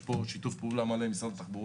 יש שיתוף פעולה מלא עם משרד התחבורה,